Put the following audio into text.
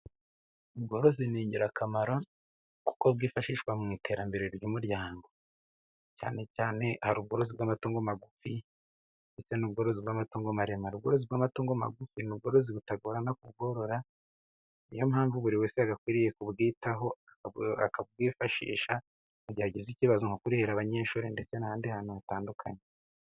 Ubworozi ni ingirakamaro kuko bwifashishwa mu iterambere ry'umuryango cyane cyane. Hari ubworozi bw'amatungo magufi ndetse n'ubworozi bw'amatungo maremare. ubworozi bw'amatungo magufi ni ubworozi butagorana kubworora. Ni yo mpamvu buri wese akwiriye kubwitaho, akabwifashisha mu gihe agize ikibazo mu kurihira abanyeshuri, ndetse n'ahandi hantu hatandukanye.